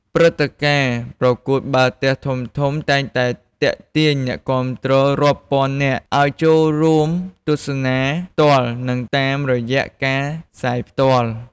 ព្រឹត្តិការណ៍ប្រកួតបាល់ទះធំៗតែងតែទាក់ទាញអ្នកគាំទ្ររាប់ពាន់នាក់ឲ្យចូលរួមទស្សនាផ្ទាល់ និងតាមរយៈការផ្សាយផ្ទាល់។